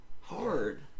Hard